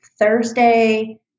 Thursday